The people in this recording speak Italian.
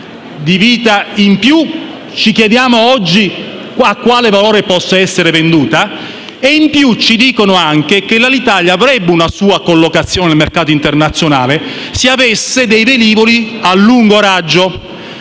in meno, ci chiediamo oggi a quale valore possa essere venduta. Inoltre, essi ci dicono anche che l'Alitalia avrebbe una sua collocazione nel mercato internazionale, se avesse dei velivoli a lungo raggio